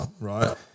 right